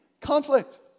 conflict